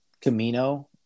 Camino